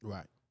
Right